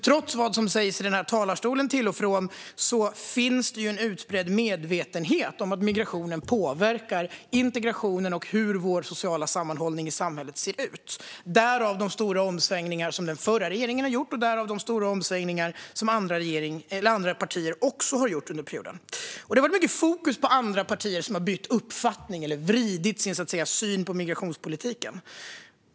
Trots vad som till och från sägs från denna talarstol finns en utbredd medvetenhet om att migrationen påverkar integrationen och hur den sociala sammanhållningen i samhället ser ut - därav de stora omsvängningar som den förra regeringen gjorde och därav de stora omsvängningar som andra partier också har gjort under perioden. Det har varit mycket fokus på andra partier som har bytt uppfattning eller så att säga vridit sin syn på migrationspolitiken.